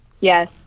Yes